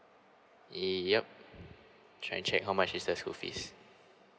yup trying to check how much is that school fees